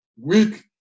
Weak